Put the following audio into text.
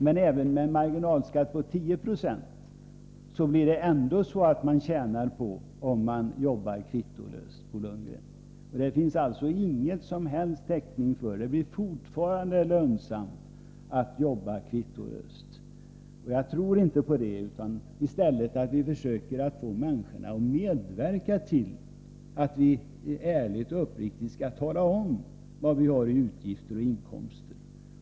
Men även med en marginalskatt på 10 20 tjänar man på att jobba utan att lämna kvitto, Bo Lundgren. Han har alltså ingen som helst täckning för sitt påstående. Det skulle även då vara lönsamt att jobba utan att lämna kvitto. Jag tror inte på en sådan lösning. I stället tror jag att vi måste försöka medverka till att riktiga uppgifter lämnas om utgifter och inkomster.